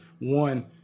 One